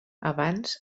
abans